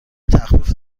تخفیف